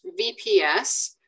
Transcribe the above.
VPS